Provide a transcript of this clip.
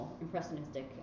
impressionistic